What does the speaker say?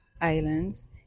Islands